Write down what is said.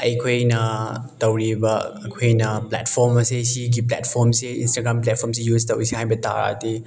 ꯑꯩꯈꯣꯏꯅ ꯇꯧꯔꯤꯕ ꯑꯩꯈꯣꯏꯅ ꯄ꯭ꯂꯦꯠꯐꯣꯝ ꯑꯁꯤ ꯁꯤꯒꯤ ꯄ꯭ꯂꯦꯠꯐꯣꯝꯁꯤ ꯏꯟꯁꯇꯥꯒ꯭ꯔꯥꯝ ꯄ꯭ꯂꯦꯠꯐꯣꯝꯁꯤ ꯌꯨꯁ ꯇꯧꯔꯤꯁꯦ ꯍꯥꯏꯕ ꯇꯥꯔꯗꯤ